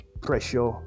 pressure